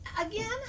Again